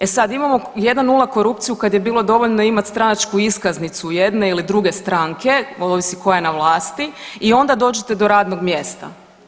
E sada, imamo jedan nula korupciju kada je bilo dovoljno imati stranačku iskaznicu jedne ili druge stranke ovisi koja je na vlasti i onda dođete do radnog mjesta.